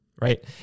Right